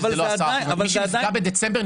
מי שנפגע בדצמבר,